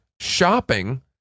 shopping